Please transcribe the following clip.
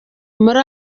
muri